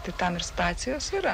tai tam ir stacijos yra